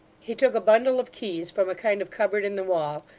he took a bundle of keys from a kind of cupboard in the wall,